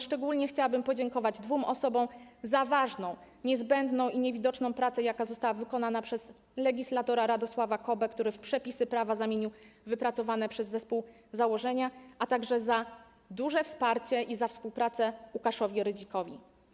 Szczególnie chciałabym podziękować dwóm osobom za ważną, niezbędną i niewidoczną pracę, jaka została wykonana przez legislatora Radosława Kobę, który w przepisy prawa zamienił wypracowane przez zespół założenia, a także za duże wsparcie i za współpracę Łukaszowi Rydzikowi.